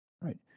right